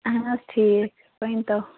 اَہَن حظ ٹھیٖک ؤنۍتَو